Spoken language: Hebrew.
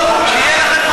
עכשיו.